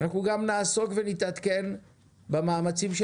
אנחנו גם נעסוק ונתעדכן במאמצים של